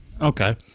Okay